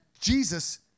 Jesus